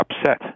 upset